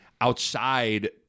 outside